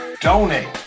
Donate